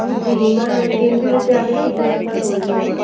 जी मैं केंद्रीय विद्यालय की प्रिंसिपल बोल रही हूँ